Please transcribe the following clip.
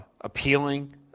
appealing